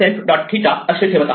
𝜭 असे ठेवत आहोत